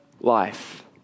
life